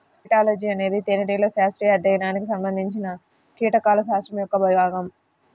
మెలిటాలజీఅనేది తేనెటీగల శాస్త్రీయ అధ్యయనానికి సంబంధించినకీటకాల శాస్త్రం యొక్క విభాగం